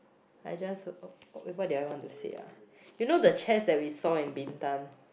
I just wait what did I want to say ah you know the chess that we saw in Bintan